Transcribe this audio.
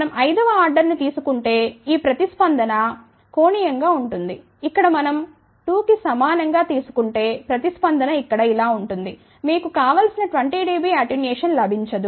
మనం ఐదవ ఆర్డర్ ని తీసుకుంటే ఈ ప్రతిస్పందన కోణీయంగా ఉంటుంది ఇక్కడ మనం 2 కి సమానం గా తీసు కుంటే ప్రతిస్పందన ఇక్కడ ఇలా ఉంటుంది మీకు కావలసిన 20 డిబి అటెన్యుయేషన్ లభించదు